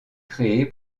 créé